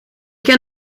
ken